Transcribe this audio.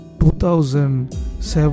2007